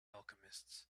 alchemists